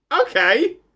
okay